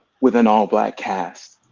with an all black cast.